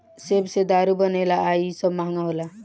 सेब से दारू बनेला आ इ सब महंगा होला